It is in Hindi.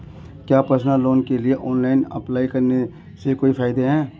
क्या पर्सनल लोन के लिए ऑनलाइन अप्लाई करने से कोई फायदा है?